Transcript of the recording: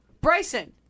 Bryson